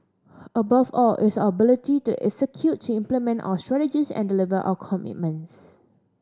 above all it is our ability to executing implement our strategies and deliver our commitments